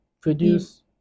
produce